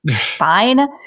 fine